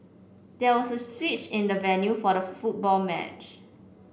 there was a switch in the venue for the football match